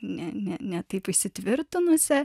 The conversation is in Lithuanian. ne ne ne taip įsitvirtinusią